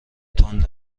تند